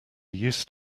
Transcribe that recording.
used